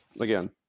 again